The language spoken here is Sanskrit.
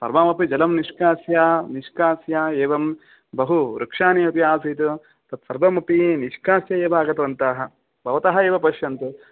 सर्वमपि जलं निष्कास्य निष्कास्य एवं बहुवृक्षाणि अपि आसीत् तत्सर्वमपि निष्कास्य एव आगतवन्तः भवतः एव पश्यन्तु